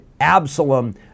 Absalom